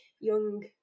young